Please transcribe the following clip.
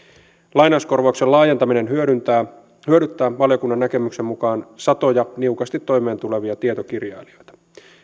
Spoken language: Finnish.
lainauskorvauksen laajentaminen hyödyttää valiokunnan näkemyksen mukaan satoja niukasti toimeentulevia tietokirjailijoita